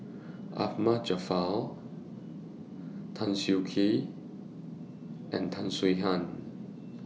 Ahmad Jaafar Tan Siak Kew and Tan Swie Hian